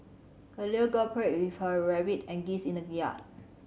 the little girl played with her rabbit and geese in the yard